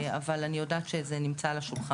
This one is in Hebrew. אבל אני יודעת שזה נמצא על השולחן.